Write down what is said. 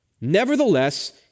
nevertheless